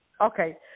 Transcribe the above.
Okay